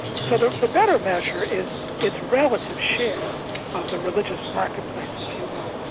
so the the better measure is its relative share of the religious marketplace, if you will.